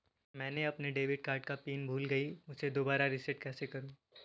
मैंने अपने debit card का पिन भूल गई, उसे दोबारा रीसेट कैसे करूँ?